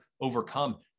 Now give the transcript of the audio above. overcome